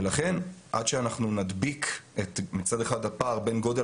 לכן עד שאנחנו נדביק מצד אחד את הפער בין גודל